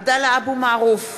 (קוראת בשמות חברי הכנסת) עבדאללה אבו מערוף,